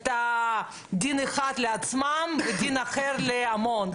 את הדין אחד לעצמם ודין אחר להמון.